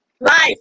life